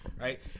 right